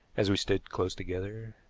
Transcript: as we stood close together.